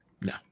no